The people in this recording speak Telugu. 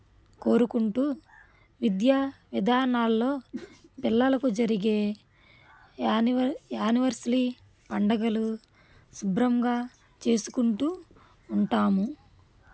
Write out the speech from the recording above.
కోరుకుంటూ విద్యా విధానాల్లో పిల్లలకు జరిగే యాన్యూల్ యానివర్స్రీ పండగలు శుభ్రంగా చేసుకుంటూ ఉంటాము